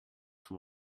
from